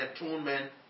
atonement